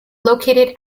located